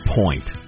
point